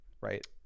right